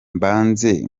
mbanze